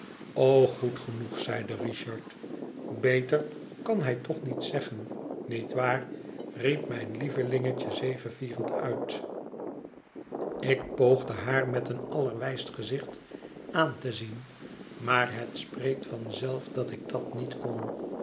goed genoeg zeide richard beter kan hij toch niet zeggen niet waar riep mijn lievelingetje zegevierend uit ik poogde haar met een allerwij st gezicht aan te zien maar het spreekt van zelf dat ik dat niet kon